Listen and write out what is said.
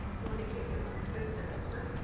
he only came here for the spring semester.